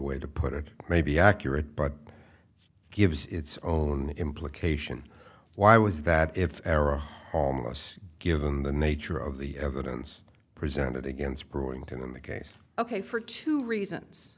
way to put it may be accurate but gives its own implication why was that if era homeless given the nature of the evidence presented against brewington in the case ok for two reasons